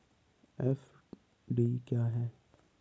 FD क्या है?